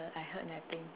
I heard nothing